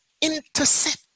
intercept